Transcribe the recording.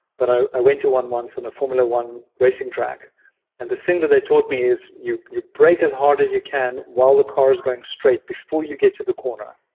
but i went to one in a formula one racing track and the thing that they taught me is you you break as hard as you can while the car is going straight before you get to the corner,